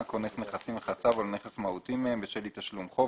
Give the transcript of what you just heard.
כונס נכסים לנכסיו או לנכס מהותי מהם בשל אי תשלום חוב,